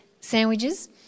sandwiches